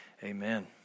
Amen